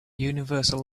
universal